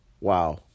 wow